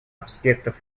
аспектов